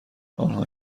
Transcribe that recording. آنها